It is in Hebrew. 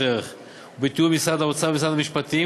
ערך בתיאום עם משרד האוצר ומשרד המשפטים.